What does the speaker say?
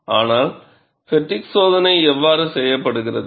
ஆனால் ஃப்பெட்டிக் சோதனை எவ்வாறு செய்யப்படுகிறது